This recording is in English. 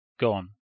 gone